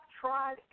tried